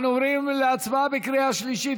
אנחנו עוברים להצבעה בקריאה שלישית.